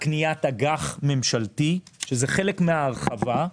קניית האג"ח הממשלתי, שזה חלק מההרחבה,